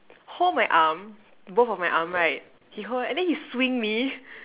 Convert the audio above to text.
hold my arm both of my arm right he hold and then he swing me